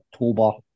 October